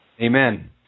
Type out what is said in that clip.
Amen